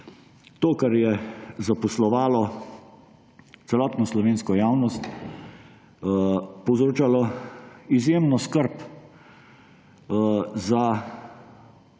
2021, kar je zaposlovalo celotno slovensko javnost, povzročalo izjemno skrb za